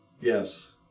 Yes